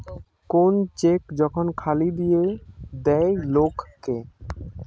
কোন চেক যখন খালি দিয়ে দেয় লোক কে